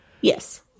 Yes